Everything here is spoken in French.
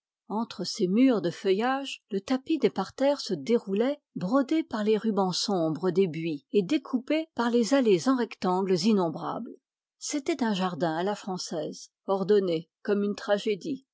entre ces murs de feuillage le tapis des parterres se déroulait brodé par les rubans sombres des buis et découpé par les allées en rectangles innombrables c'était un jardin à la française ordonné comme une tragédie